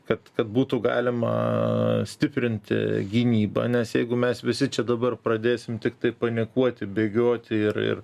kad kad būtų galima stiprinti gynybą nes jeigu mes visi čia dabar pradėsim tiktai panikuoti bėgioti ir ir